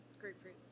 Grapefruit